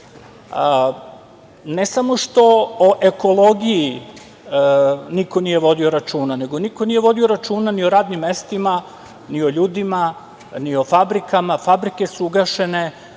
ne samo što o ekologiji niko nije vodio računa, nego niko nije vodio računa ni o radnim mestima, ni o ljudima, ni o fabrikama. Fabrike su ugašene.